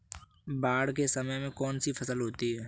बाढ़ के समय में कौन सी फसल होती है?